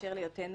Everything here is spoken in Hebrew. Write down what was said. בהקשר להיותנו